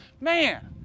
man